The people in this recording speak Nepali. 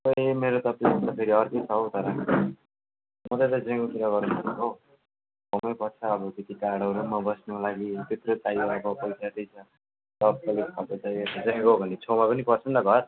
ए मेरो त प्लान फेरि अर्कै छ हो तर मैले त जयगाउँतिर गर्ने भनेको हो छेउमै पर्छ अब त्यति टाढोहरू पनि म बस्नुको लागि त्यत्रो चाहियो अब पैसा त्यही त जयगाउँ हो भने छेउमा पनि पर्छ नि त घर